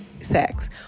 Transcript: sex